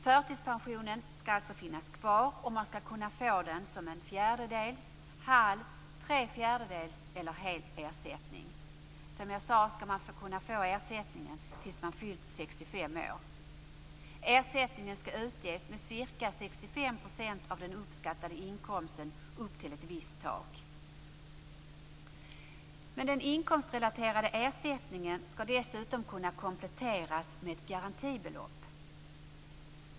Förtidspensionen skall alltså finnas kvar, och man skall kunna få den som en fjärdedels, halv, tre fjärdedels eller hel ersättning. Som jag sade skall man kunna få ersättningen tills man fyllt 65 år. Den skall utges med ca 65 % av den uppskattade inkomsten, upp till ett visst tak. Den inkomstrelaterade ersättningen skall dessutom kunna kompletteras med ett garantibelopp.